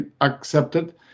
accepted